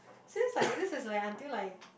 since like this is like until like